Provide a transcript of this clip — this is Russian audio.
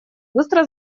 быстро